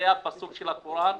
זה הפסוק של הקוראן,